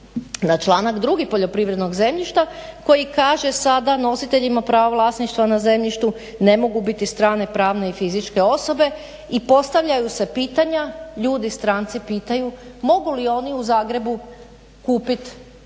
na članak 2. poljoprivrednog zemljišta koji kaže sada: "Nositelj ima pravo vlasništva na zemljištu ne mogu biti strane, pravne i fizičke osobe" i postavljaju se pitanja ljudi, stranci pitaju mogu li oni u Zagrebu kupiti česticu koja je unutar